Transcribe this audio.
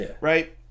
right